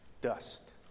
dust